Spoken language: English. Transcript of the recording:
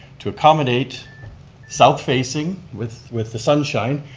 to accommodate south-facing, with with the sunshine.